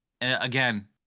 again